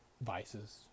vices